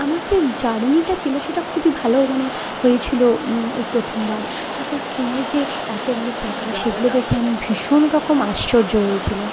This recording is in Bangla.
আমার যে জার্নিটা ছিল সেটা খুবই ভালো মানে হয়েছিল ওই প্রথমবার তারপরে ট্রেনের যে এতগুলো চাকা সেগুলো দেখে আমি ভীষণ রকম আশ্চর্য হয়েছিলাম